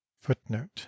footnote